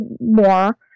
more